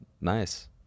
nice